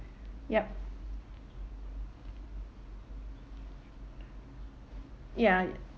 yup ya